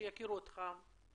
שיכירו אותך.